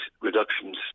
reductions